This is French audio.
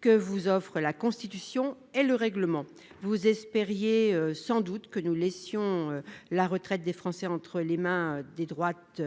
que vous offrent la Constitution et le règlement. Vous espériez sans doute que nous laisserions la retraite des Français entre les mains des droites